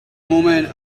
moment